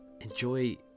enjoy